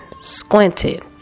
squinted